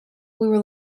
were